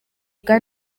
bwa